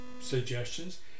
suggestions